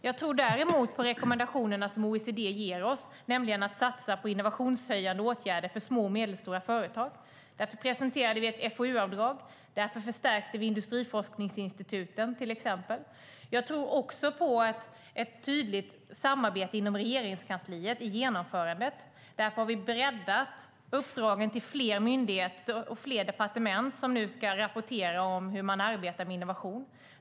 Jag tror däremot på rekommendationerna som OECD ger oss, att satsa på innovationshöjande åtgärder för små och medelstora företag. Därför presenterade vi ett FoU-avdrag och därför förstärkte vi till exempel industriforskningsinstituten. Jag tror också på ett tydligt samarbete inom Regeringskansliet i genomförandet. Därför har vi breddat uppdragen till fler myndigheter och fler departement som nu ska rapportera hur man arbetar med innovation.